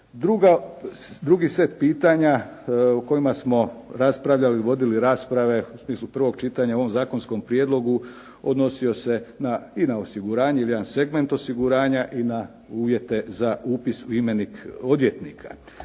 Drugi set pitanja o kojima smo raspravljali i vodili rasprave, u smislu prvog čitanja u ovom zakonskom prijedlogu, odnosio se na i na osiguranje ili jedan segment osiguranja i na uvjete za upis u imenik odvjetnika.